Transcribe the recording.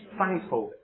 thankful